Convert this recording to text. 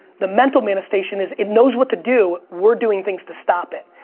the mental manistation is it knows what to do, we're doing things to stop it.